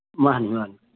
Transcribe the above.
ꯃꯥꯅꯤ ꯃꯥꯅꯤ